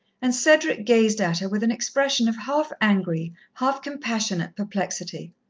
and cedric gazed at her with an expression of half-angry, half-compassionate perplexity.